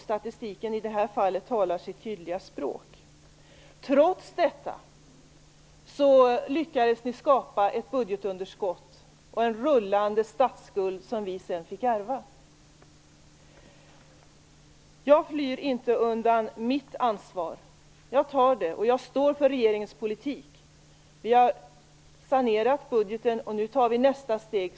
Statistiken talar i detta fall sitt tydliga språk. Trots detta lyckades ni skapa ett budgetunderskott och en rullande statsskuld som vi sedan fick ärva. Jag flyr inte undan mitt ansvar. Jag tar det, och jag står för regeringens politik. Vi har sanerat budgeten, och nu tar vi nästa steg.